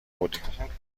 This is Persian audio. بودیم